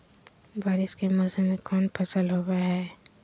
बारिस के मौसम में कौन फसल होबो हाय?